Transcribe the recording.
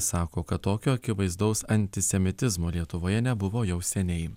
sako kad tokio akivaizdaus antisemitizmo lietuvoje nebuvo jau seniai